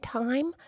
time